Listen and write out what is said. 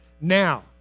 Now